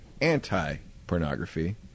anti-pornography